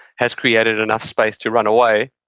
has created enough space to run away,